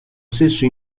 stesso